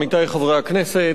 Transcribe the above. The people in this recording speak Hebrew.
עמיתי חברי הכנסת,